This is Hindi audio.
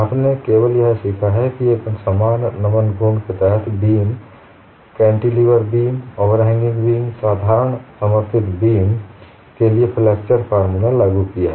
आपने केवल यह सीखा है कि एक समान नमन घूर्ण के तहत बीम एवं कैंटीलीवर बीम ओवरहैंगिग बीम साधारण समर्थित beam cantilever beam simply supported beam and over hang beam के लिए फ्लेक्सचर फॉर्मूला लागू किया है